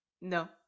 No